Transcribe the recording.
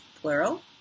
plural